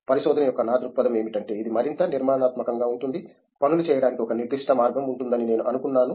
పరిశోధన యొక్క నా దృక్పథం ఏమిటంటే ఇది మరింత నిర్మాణాత్మకంగా ఉంటుంది పనులు చేయడానికి ఒక నిర్దిష్ట మార్గం ఉంటుందని నేను అనుకున్నాను